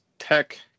Tech